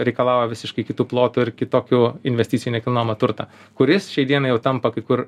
reikalauja visiškai kitų plotų ir kitokių investicijų į nekilnojamą turtą kuris šiai dienai jau tampa kai kur